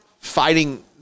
fighting